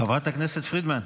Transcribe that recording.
חברת הכנסת פרידמן,